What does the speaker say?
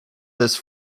this